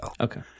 Okay